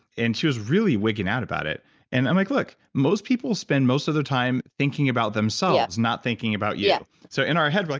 and she was really wigging out about it and i'm like, look, most people spend most of their time thinking about themselves, not thinking about you. yeah so in our head, we're like,